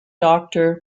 doctor